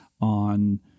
on